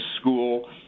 school